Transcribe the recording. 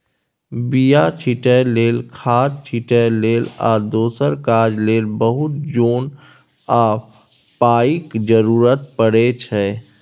बीया छीटै लेल, खाद छिटै लेल आ दोसर काज लेल बहुत जोन आ पाइक जरुरत परै छै